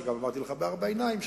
שגם אמרתי לך בארבע עיניים,